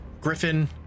Griffin